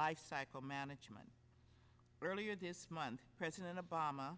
lifecycle management earlier this month president obama